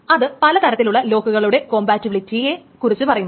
അത് പല തരത്തിലുള്ള ലോക്കുകളുടെ കോംപാറ്റുബിലിറ്റിയെ കുറിച്ചു പറയുന്നു